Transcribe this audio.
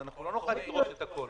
אז אנחנו לא נוכל לדרוש את הכול.